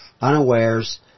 unawares